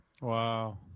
wow